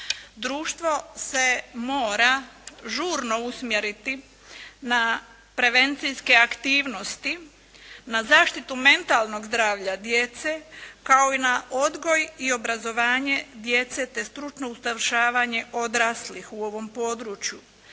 Društvo se mora žurno usmjeriti na prevencijske aktivnosti, na zaštitu mentalnog zdravlja djece kao i na odgoj i obrazovanje djece te stručno usavršavanje odraslih u ovom području.